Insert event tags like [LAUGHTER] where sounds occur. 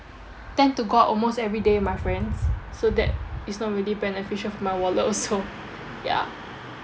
tend to go out almost every day with my friends so that is not really beneficial for my wallet [LAUGHS] also ya